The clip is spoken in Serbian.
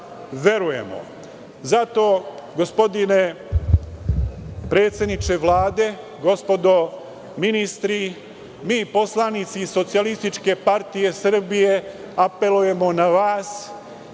verujemo. Zato, gospodine predsedniče Vlade, gospodo ministri, mi poslanici Socijalističke partije Srbije apelujemo na vas